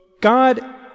God